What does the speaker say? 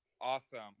Awesome